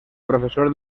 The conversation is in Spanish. profesor